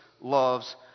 loves